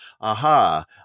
aha